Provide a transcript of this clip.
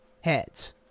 heads